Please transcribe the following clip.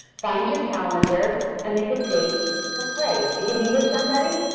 find your calendar, and make a date to play. it can be with somebody,